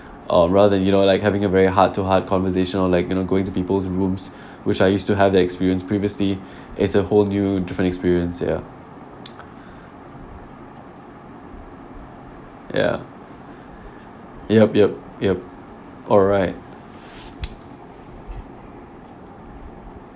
uh rather you know like having a very heart to heart conversation like you know going to people's rooms which I used to have the experience previously it's a whole new different experience ya ya yup yup yup {oh] right